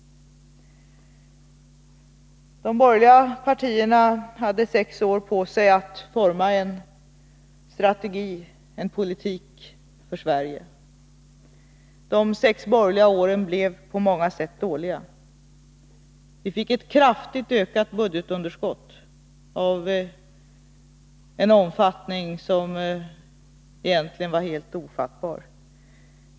De borgerliga partierna hade sex år på sig att forma en strategi och en politik för Sverige. De sex borgerliga åren blev på många sätt dåliga. Vi fick ett kraftigt ökat budgetunderskott av en omfattning som egentligen var helt ofattbar.